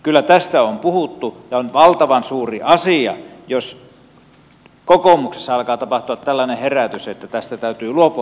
kyllä tästä on puhuttu ja on valtavan suuri asia jos kokoomuksessa alkaa tapahtua tällainen herätys että tästä keskittämispolitiikasta täytyy luopua